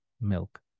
milk